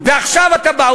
ועכשיו אתה בא,